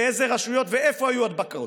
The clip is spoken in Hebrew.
באילו רשויות ואיפה היו הדבקות,